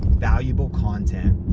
valuable content.